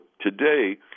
today